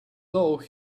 though